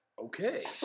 Okay